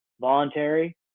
voluntary